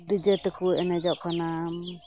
DJ ᱛᱮᱠᱚ ᱮᱱᱮᱡᱚᱜ ᱠᱟᱱᱟ